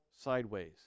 sideways